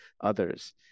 others